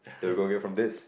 then we go get from this